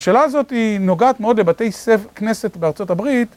השאלה הזאת היא נוגעת מאוד לבתי ספ... כנסת בארצות הברית.